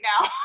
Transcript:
now